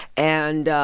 and